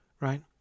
right